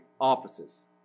offices